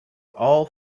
all